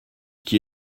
qui